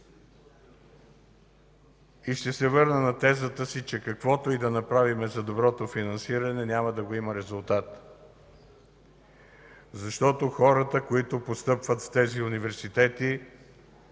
Ще се върна на тезата си, че каквото и да направим за доброто финансиране, няма да го има резултата, защото хората, които постъпват в тези университети,